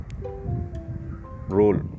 role